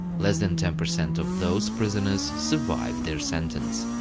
less than ten percent of those prisoners survived their sentence.